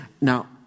now